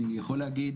אני יכול להגיד